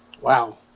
Wow